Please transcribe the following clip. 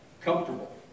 comfortable